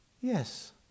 yes